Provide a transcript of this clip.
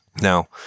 Now